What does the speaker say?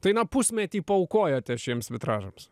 tai na pusmetį paaukojote šiems vitražams